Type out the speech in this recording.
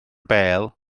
bêl